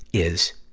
is,